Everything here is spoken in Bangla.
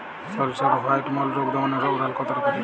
সরিষার হোয়াইট মোল্ড রোগ দমনে রোভরাল কতটা উপযোগী?